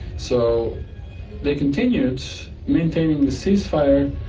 so they continued maintaining the ceasefire,